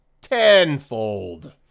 Tenfold